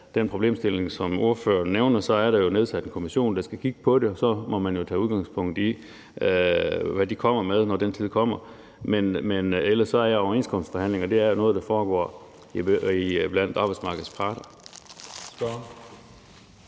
den problemstilling, som ordføreren nævner, er der jo nedsat en kommission, der skal kigge på det, og så må man jo tage udgangspunkt i, hvad de kommer med, når den tid kommer. Men ellers er overenskomstforhandlinger noget, der foregår blandt arbejdsmarkedets parter.